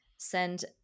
Send